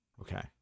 Okay